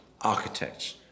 architects